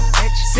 bitch